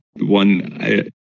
one